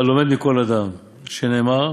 הלומד מכל אדם, שנאמר